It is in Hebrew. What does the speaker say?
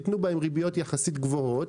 ייתנו בהם ריביות יחסית גבוהות